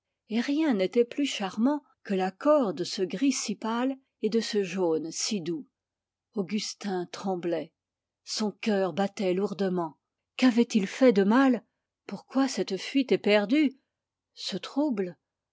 rien n'était plus charmant que l'accord de ce gris si pâle et de ce jaune si doux augustin tremblait son cœur battait lourdement qu'avait-il fait de mal pourquoi cette fuite éperdue ce trouble